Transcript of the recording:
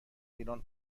ایران